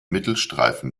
mittelstreifen